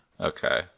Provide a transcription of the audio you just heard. okay